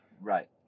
Right